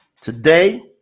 today